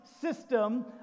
system